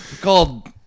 called